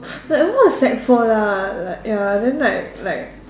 that one was sec four lah like ya then like like